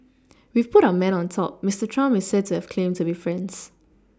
we've put our man on top Mister Trump is said to have claimed to friends